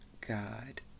God